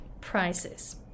prices